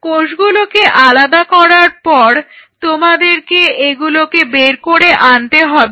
কোষগুলোকে আলাদা করার পর তোমাদেরকে এগুলোকে বের করে আনতে হবে